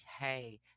hey